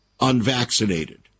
unvaccinated